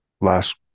last